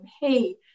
hey